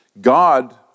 God